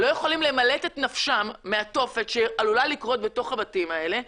לא יכולים למלט את נפשם מהתופת שעלולה לקרות בתוך הבתים האלה.